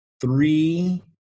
three